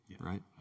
right